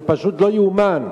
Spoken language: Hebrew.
זה פשוט לא ייאמן.